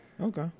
Okay